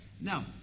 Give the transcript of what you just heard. Now